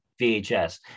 VHS